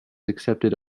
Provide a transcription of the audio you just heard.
accepted